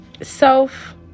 Self